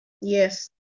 Yes